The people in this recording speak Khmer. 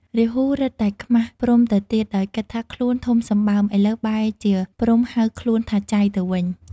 រាហូរឹតតែខ្មាសព្រហ្មទៅទៀត ដោយគិតថាខ្លួនធំសម្បើម ឥឡូវបែរជាព្រហ្មហៅខ្លួនថា "ចៃ" ទៅវិញ។